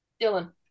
Dylan